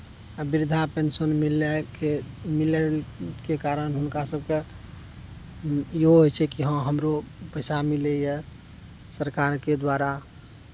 आ वृद्धा पेंशन मिलैके मिलैके कारण हुनका सबके इहो होइ छै कि हँ हमरो पैसा मिलैया सरकारके द्वारा